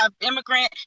immigrant